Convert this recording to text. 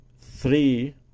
three